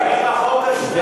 אני עם החוק הזה,